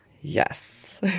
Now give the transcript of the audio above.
Yes